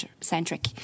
centric